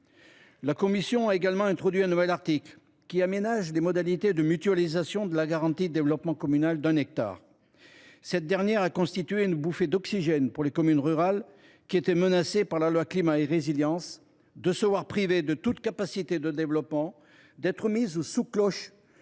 La commission a également introduit un nouvel article qui aménage les modalités de mutualisation de la garantie de développement communal d’un hectare. Cette dernière a constitué une bouffée d’oxygène pour les communes rurales, qui étaient menacées par la loi Climat et Résilience de se voir privées de toute capacité de développement et d’être mises sous cloche.